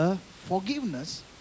forgiveness